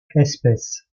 espèce